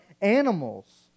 animals